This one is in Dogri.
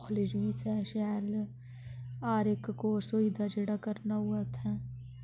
कालेज बी उत्थै शैल न हर इक कोर्स होई जंदा जेह्ड़ा करना होऐ उत्थैं